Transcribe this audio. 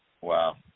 Wow